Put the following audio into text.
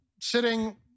sitting